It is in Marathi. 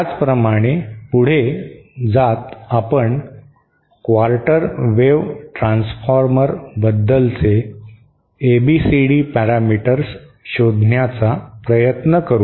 त्याचप्रमाणे पुढे जात आपण क्वार्टर वेव्ह ट्रान्सफॉर्मरबद्दलचे एबीसीडी पॅरामीटर्स शोधण्याचा प्रयत्न करू